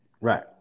right